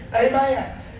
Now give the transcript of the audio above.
Amen